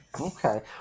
Okay